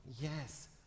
yes